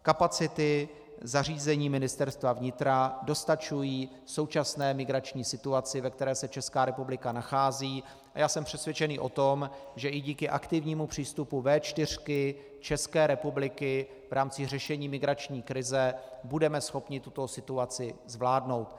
Kapacity zařízení Ministerstva vnitra dostačují současné migrační situaci, ve které se Česká republika nachází, a já jsem přesvědčený o tom, že i díky aktivnímu přístupu V4, České republiky v rámci řešení migrační krize budeme schopni tuto situaci zvládnout.